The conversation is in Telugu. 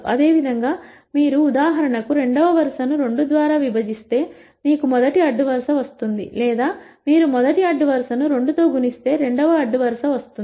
అదేవిధంగా మీరు ఉదాహరణకు రెండవ వరుస ను 2 ద్వారా విభజిస్తే మీకు మొదటి అడ్డు వరుస వస్తుంది లేదా మీరు మొదటి అడ్డు వరుస ను 2 తో గుణిస్తే రెండవ వరుస వస్తుంది